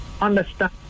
understand